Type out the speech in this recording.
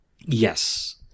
Yes